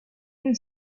and